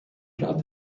jaw